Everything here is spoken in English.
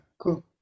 cool